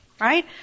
Right